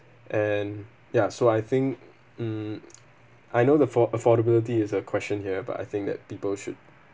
and ya so I think mm I know the for~ affordability is a question here but I think that people should